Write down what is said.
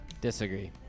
disagree